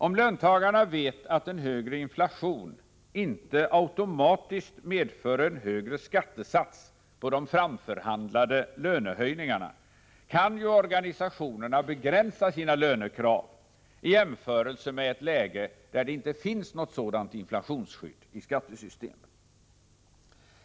Om löntagarorganisationerna vet att en högre inflation än förutsett inte medför en högre skattesats på de framförhandlade lönehöjningarna, kan de ju begränsa sina lönekrav i jämförelse med ett läge där det inte finns något inflationsskydd i skattesystemet.